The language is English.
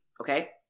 Okay